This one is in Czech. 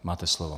Máte slovo.